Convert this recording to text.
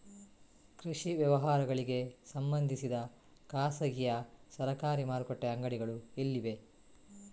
ಕೃಷಿ ವ್ಯವಹಾರಗಳಿಗೆ ಸಂಬಂಧಿಸಿದ ಖಾಸಗಿಯಾ ಸರಕಾರಿ ಮಾರುಕಟ್ಟೆ ಅಂಗಡಿಗಳು ಎಲ್ಲಿವೆ?